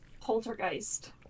poltergeist